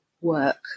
work